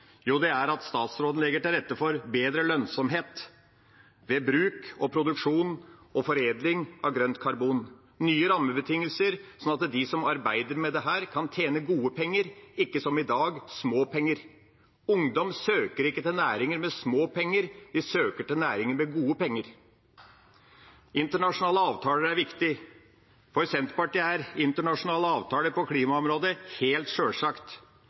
Jo, det er at statsråden legger til rette for bedre lønnsomhet ved bruk, produksjon og foredling av grønt karbon – nye rammebetingelser, slik at de som arbeider med dette, kan tjene gode penger, ikke som i dag, små penger. Ungdom søker ikke til næringer med små penger, de søker til næringer med gode penger. Internasjonale avtaler er viktig. For Senterpartiet er internasjonale avtaler på klimaområdet helt sjølsagt,